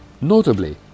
notably